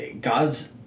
God's